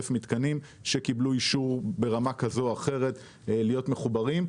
מתקנים שקיבלו אישור ברמה כזו או אחרת להיות מחוברים.